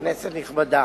כנסת נכבדה,